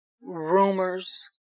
rumors